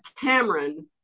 Cameron